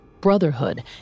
brotherhood